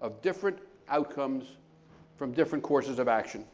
of different outcomes from different courses of action.